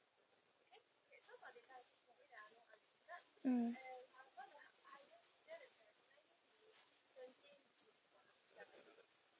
mm